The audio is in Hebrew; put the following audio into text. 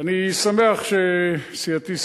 אני שמח שסיעתי,